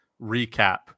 recap